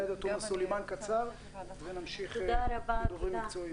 אז עאידה תומא סלימאן ונמשיך עם דוברים מקצועיים.